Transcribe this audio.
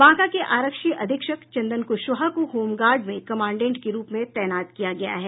बांका के आरक्षी अधीक्षक चंदन कुशवाहा को होमगार्ड में कमांडेंट के रूप में तैनात किया गया है